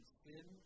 sin